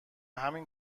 همین